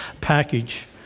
package